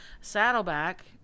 Saddleback